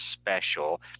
special